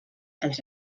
els